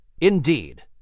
Indeed